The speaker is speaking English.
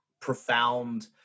profound